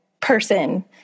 person